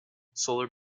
solar